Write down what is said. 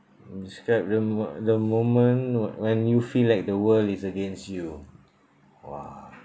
describe the m~ the moment wh~ when you feel like the world is against you !wah!